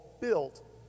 built